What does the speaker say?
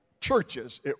Churches